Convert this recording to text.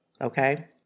okay